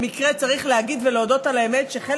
במקרה צריך להגיד ולהודות על האמת שחלק